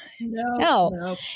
no